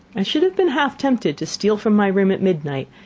i should have been half tempted to steal from my room at midnight,